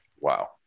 Wow